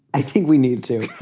i think we need to.